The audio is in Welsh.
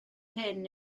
hyn